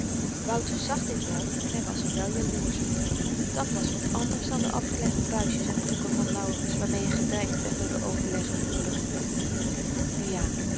wouter zag dit wel en hy was er wel jaloers op dat was wat anders dan de afgelegde buisjes en broeken van laurens waarmee hy gedreigd werd door de overleggende moeder nu ja